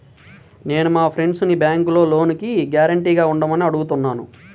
నేను మా ఫ్రెండ్సుని బ్యేంకులో లోనుకి గ్యారంటీగా ఉండమని అడుగుతున్నాను